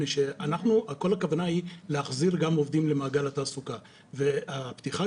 כל הכוונה היא להחזיר גם עובדים למעגל התעסוקה והפתיחה